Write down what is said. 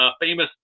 Famous